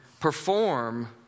perform